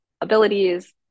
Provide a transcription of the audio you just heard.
abilities